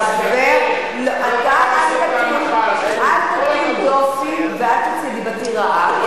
אל תטיל דופי ואל תוציא דיבתי רעה,